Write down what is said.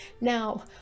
Now